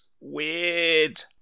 weird